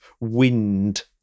wind